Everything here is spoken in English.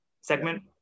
segment